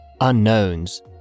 unknowns